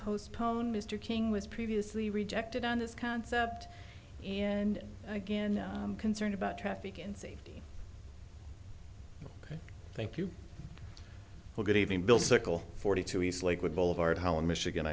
postponed mr king was previously rejected on this concept and again concerned about traffic and safety thank you well good evening bill circle forty two east lakewood boulevard holland michigan